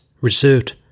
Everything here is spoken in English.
reserved